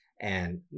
And-